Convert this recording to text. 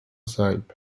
sahip